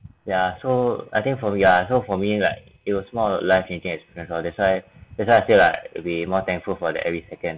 ya so I think for me lah so for me like it was more of a life changing experience lor that's why that's why I feel like to be more thankful for that every second